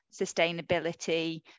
sustainability